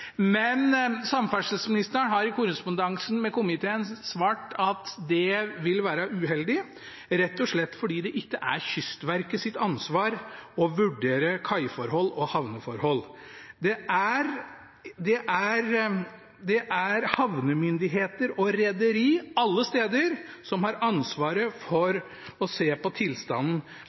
men samferdselsministeren har i korrespondansen med komiteen svart at dette ville være uheldig, rett og slett fordi det ikke er Kystverkets ansvar å vurdere kaiforhold og havneforhold. Det er havnemyndigheter og rederi som – alle steder – har ansvaret for å se på tilstanden